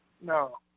No